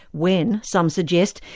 when, some suggest,